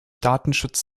datenschutz